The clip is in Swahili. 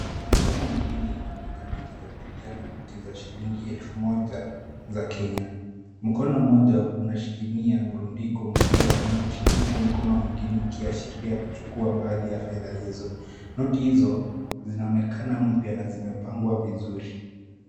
Mikono miwili inaonekana ikikabidhiana noti za shilingi elfu moja za Kenya. Mkono mmoja unashikilia mrundiko mkubwa wa noti, huku mkono mwingine ukiashiria kuchukua baadhi ya fedha hizo. Noti hizo zinaonekana mpya na zimepagwa vizuri.